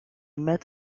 met